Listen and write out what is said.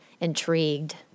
intrigued